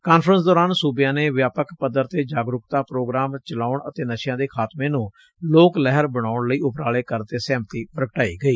conference ਦੌਰਾਨ ਸੁਬਿਆਂ ਨੇ ਵਿਆਪਕ ਪੱਧਰ ਤੇ ਜਾਗਰੁਕਤਾ ਪੋਗਰਾਮ ਚਲਾਉਣ ਅਤੇ ਨਸ਼ਿਆਂ ਦੇ ਖਾਤਮੇ ਨੂੰ ਲੋਕ ਲਹਿਰ ਬਣਾਉਣ ਲਈ ਉਪਰਾਲੇ ਕਰਨ ਤੇ ਸਹਿਮਤੀ ਪੁਗਟਾਈ ਗਈ